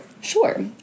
Sure